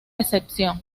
excepción